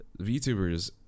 VTubers